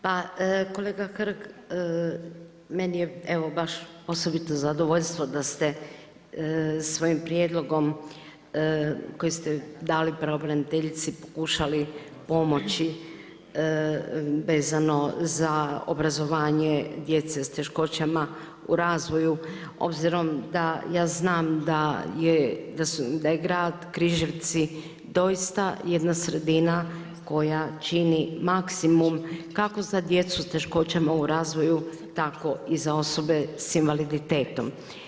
Pa kolega Hrg, meni je evo baš osobito zadovoljstvo da ste svojim prijedlogom koji ste dali pravobraniteljici pokušali pomoći vezano za obrazovanje djece s teškoćama u razvoju obzirom da ja znam da je grad Križevci doista jedna sredina koja čini maksimum kako za djecu s teškoćama u razvoju, tako i za osobe sa invaliditetom.